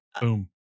boom